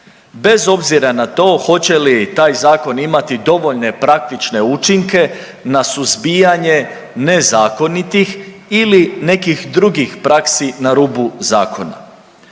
bez obzira na to hoće li taj zakon imati dovoljne praktične učinke na suzbijanje nezakonitih ili nekih drugih praksi na rubu zakona.